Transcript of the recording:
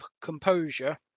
composure